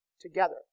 together